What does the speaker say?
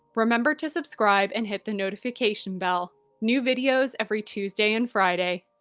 remember to subscribe and hit the notification bell. new videos every tuesday and friday.